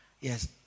yes